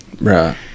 Right